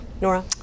Nora